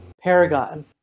Paragon